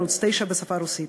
ערוץ 9 בשפה הרוסית.